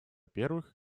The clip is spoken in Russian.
первых